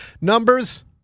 Numbers